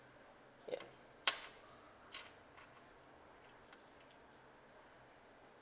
yes